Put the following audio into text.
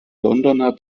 londoner